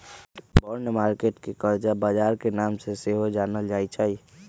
bond market के करजा बजार के नाम से सेहो जानल जाइ छइ